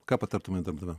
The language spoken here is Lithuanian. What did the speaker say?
ką patartumėt darbdaviam